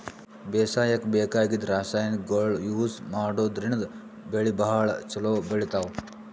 ಬೇಸಾಯಕ್ಕ ಬೇಕಾಗಿದ್ದ್ ರಾಸಾಯನಿಕ್ಗೊಳ್ ಯೂಸ್ ಮಾಡದ್ರಿನ್ದ್ ಬೆಳಿ ಭಾಳ್ ಛಲೋ ಬೆಳಿತಾವ್